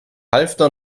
halfter